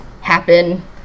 happen